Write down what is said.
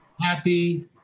happy